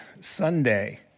Sunday